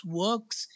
works